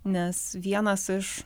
nes vienas iš